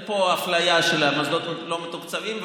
אין פה אפליה של המוסדות הלא-מתוקצבים.